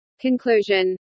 Conclusion